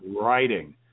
writing